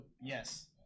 yes